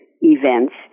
events